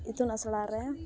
ᱤᱛᱩᱱ ᱟᱥᱲᱟᱨᱮ